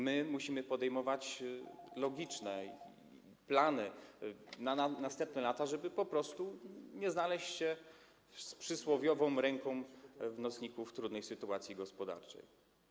My musimy podejmować logiczne plany na następne lata, żeby po prostu nie znaleźć się z przysłowiową ręką w nocniku w trudnej sytuacji gospodarczej.